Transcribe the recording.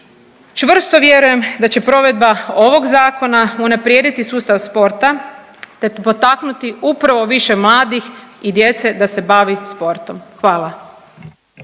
Čvrsto vjerujem da će provedba ovog zakona unaprijediti sustav sporta te potaknuti upravo više mladih i djece da se bavi sportom. Hvala.